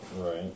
right